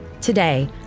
Today